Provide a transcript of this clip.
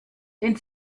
den